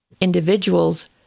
individuals